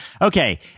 Okay